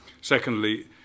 Secondly